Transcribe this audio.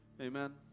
Amen